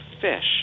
fish